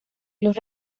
los